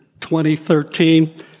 2013